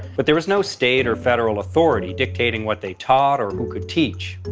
but there was no state or federal authority dictating what they taught or who could teach.